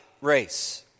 Race